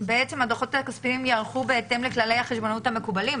הדוחות הכספיים ייערכו בהתאם לכללי החשבונאות המקובלים.